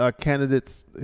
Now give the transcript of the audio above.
candidates